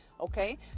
okay